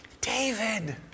David